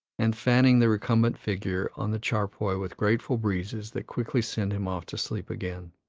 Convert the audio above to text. and fanning the recumbent figure on the charpoy with grateful breezes that quickly send him off to sleep again.